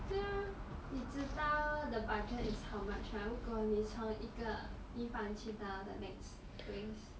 这样你知道 the budget is how much 吗如果你从一个地方去到 the next place